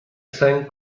saint